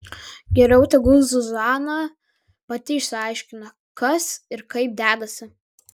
geriau tegul zuzana pati išsiaiškina kas ir kaip dedasi